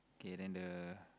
k then the